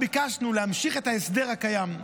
ביקשנו להמשיך את ההסדר הקיים,